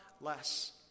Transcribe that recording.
less